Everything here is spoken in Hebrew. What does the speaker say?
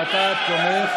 סליחה?